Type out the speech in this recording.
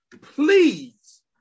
please